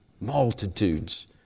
Multitudes